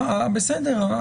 בסדר,